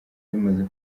zimaze